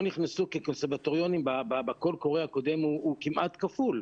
נכנסו כקונסרבטוריונים בקול קורא הקודם הוא כמעט כפול.